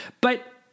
But-